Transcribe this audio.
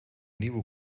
nieuwe